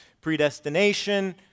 predestination